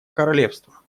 королевства